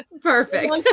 perfect